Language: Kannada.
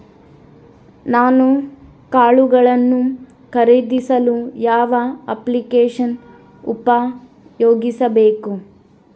ನಾನು ಕಾಳುಗಳನ್ನು ಖರೇದಿಸಲು ಯಾವ ಅಪ್ಲಿಕೇಶನ್ ಉಪಯೋಗಿಸಬೇಕು?